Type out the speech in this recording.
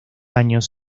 años